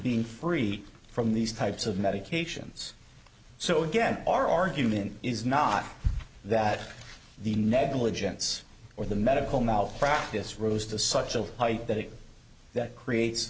being free from these types of medications so again our argument is not that the negligence or the medical malpractise rose to such a height that it that creates